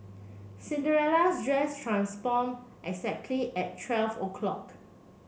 Cinderella's dress transform exactly at twelve o'clock